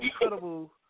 incredible